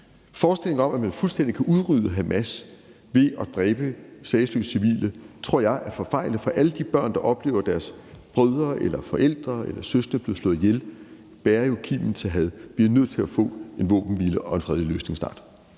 Forestillingen om, at man fuldstændig kan udrydde Hamas ved at dræbe sagesløse civile, tror jeg er forfejlet, for alle de børn, der oplever deres brødre eller forældre eller søskende blive slået ihjel, bærer jo kimen til had. Vi er nødt til at få en våbenhvile og fredelig løsning snart.